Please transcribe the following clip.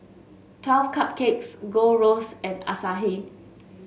Twelve Cupcakes Gold Roast and Asahi